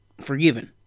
forgiven